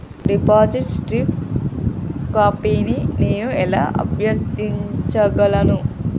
Deposit slip కాపీని నేను ఎలా అభ్యర్థించగలను?